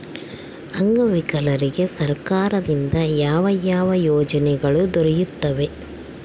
ಅಂಗವಿಕಲರಿಗೆ ಸರ್ಕಾರದಿಂದ ಯಾವ ಯಾವ ಯೋಜನೆಗಳು ದೊರೆಯುತ್ತವೆ?